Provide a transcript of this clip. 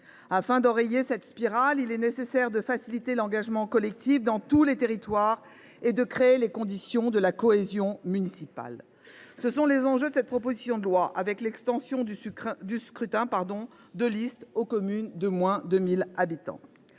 Afin d’enrayer cette spirale, il est nécessaire de faciliter l’engagement collectif dans tous les territoires et de créer les conditions de la cohésion municipale. Tels sont les enjeux de cette proposition de loi qui vise à étendre le scrutin de liste aux communes de moins de 1 000 habitants.